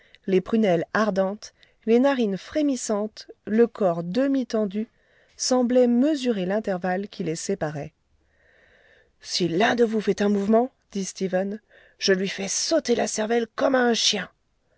les prunelles ardentes les narines frémissantes le corps demi tendu semblaient mesurer l'intervalle qui les séparait si l'un de vous fait un mouvement dit stephen je lui fais sauter la cervelle comme à un chien